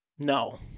No